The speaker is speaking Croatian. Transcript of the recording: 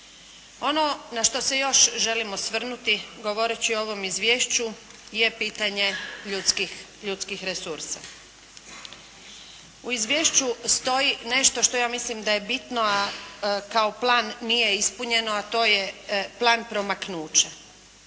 Ono na što se još želim osvrnuti govoreći o ovom izvješću je pitanje ljudskih resursa. U izvješću stoji nešto što ja mislim da je bitno, a kao plan nije ispunjeno, a to je plan promaknuća.